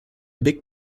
big